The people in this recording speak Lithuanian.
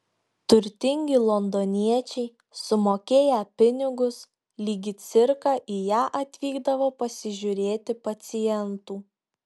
turtingi londoniečiai sumokėję pinigus lyg į cirką į ją atvykdavo pasižiūrėti pacientų